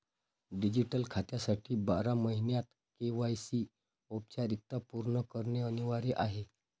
digital खात्यासाठी बारा महिन्यांत के.वाय.सी औपचारिकता पूर्ण करणे अनिवार्य आहे